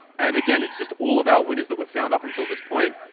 and again, it's just all of our winners that were found up until this point.